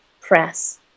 press